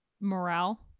morale